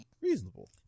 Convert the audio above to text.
reasonable